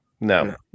No